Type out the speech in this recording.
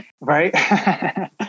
right